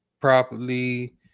properly